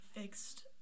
fixed